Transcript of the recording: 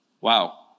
Wow